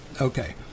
Okay